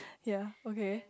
ya okay